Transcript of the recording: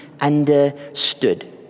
understood